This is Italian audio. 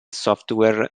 software